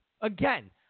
Again